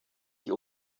die